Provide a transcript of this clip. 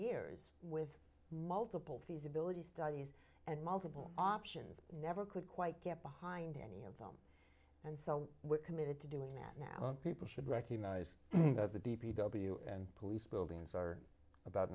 years with multiple feasibility studies and multiple options never could quite get behind any of them and so we're committed to doing that now people should recognize that the d p w police buildings are abo